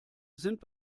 sind